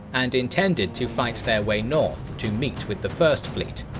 and intended to fight their way north to meet with the first fleet.